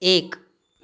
एक